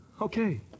Okay